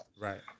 Right